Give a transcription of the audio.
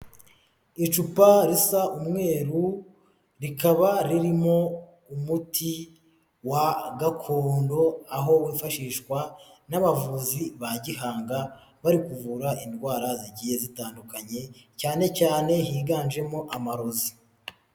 Icupa risa umweru, rikaba ririmo umuti wa gakondo, aho wufashishwa n'abavuzi ba gihanga, bari kuvura indwara zigiye zitandukanye, cyane cyane higanjemo amarozi.